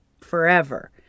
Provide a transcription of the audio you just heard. forever